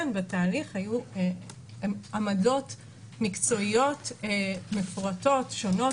בתהליך היו עמדות מקצועיות מפורטות שונות,